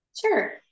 Sure